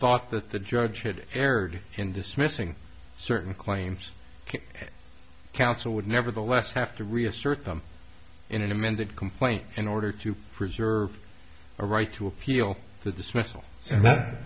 thought that the judge it erred in dismissing certain claims counsel would nevertheless have to reassert them in an amended complaint in order to preserve a right to appeal the dismissal and that